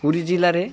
ପୁରୀ ଜିଲ୍ଲାରେ